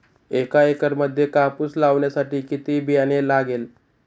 एका एकरामध्ये कापूस लावण्यासाठी किती बियाणे लागेल?